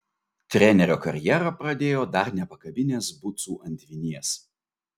trenerio karjerą pradėjo dar nepakabinęs bucų ant vinies